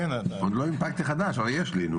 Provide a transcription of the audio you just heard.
עוד לא הנפקתי חדש, אבל יש לי.